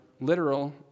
literal